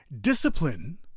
Discipline